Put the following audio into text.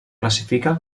classifica